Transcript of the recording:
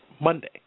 monday